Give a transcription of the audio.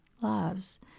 loves